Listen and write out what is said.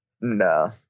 no